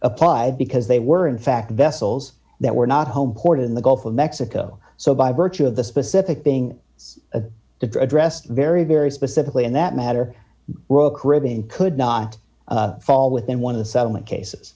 applied because they were in fact vessels that were not home port in the gulf of mexico so by virtue of the specific being a to address very very specifically in that matter royal caribbean could not fall within one of the settlement cases